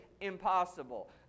impossible